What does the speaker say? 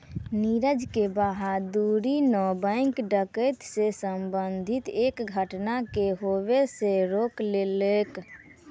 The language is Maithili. नीरज के बहादूरी न बैंक डकैती से संबंधित एक घटना के होबे से रोक लेलकै